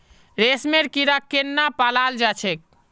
रेशमेर कीड़ाक केनना पलाल जा छेक